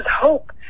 hope